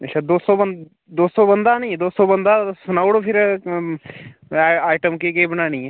अच्छा दो सौ बंद दो सौ बंदा निं दो सौ बंदा सनाई ओड़ो फ्ही आइटम केह् केह् बनानी ऐ